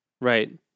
right